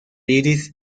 iris